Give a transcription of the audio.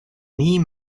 nie